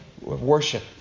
worship